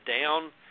down